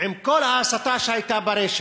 עם כל ההסתה שהייתה ברשת,